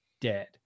dead